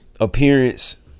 appearance